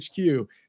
HQ